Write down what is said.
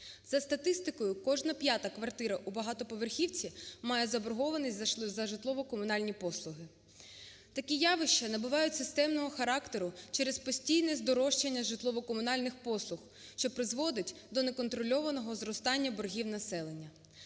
За статистикою кожна п'ята квартира у багатоповерхівці має заборгованість за житлово-комунальні послуги. Такі явища набувають системного характеру через постійне здорожчення житлово-комунальних послуг, що призводить до не контрольованого зростання боргів населення.